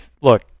look